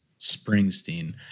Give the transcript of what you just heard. Springsteen